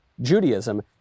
Judaism